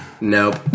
Nope